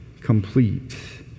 complete